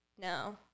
No